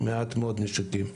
מעט מאוד נשקים,